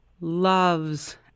loves